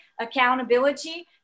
accountability